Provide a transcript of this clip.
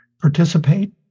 participate